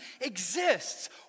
exists